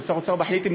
אבל שר האוצר מחליט אם